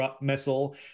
missile